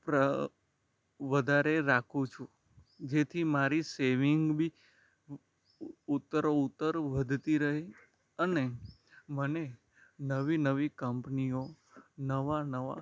પ્ર વધારે રાખું છું જેથી મારી સેવિંગ બી ઉત્તરોત્તર વધતી રહે અને મને નવી નવી કંપનીઓ નવા નવા